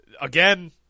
Again